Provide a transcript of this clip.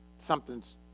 something's